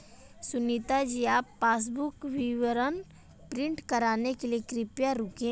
सुनीता जी आप पासबुक विवरण प्रिंट कराने के लिए कृपया रुकें